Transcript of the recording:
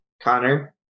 Connor